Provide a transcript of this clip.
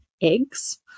eggs